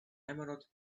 emerald